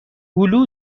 هلو